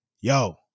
yo